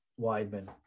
Weidman